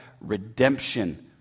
redemption